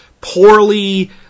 poorly